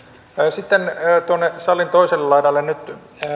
sitten tuonne salin toiselle laidalle nyt